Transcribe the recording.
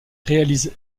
réalise